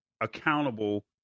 accountable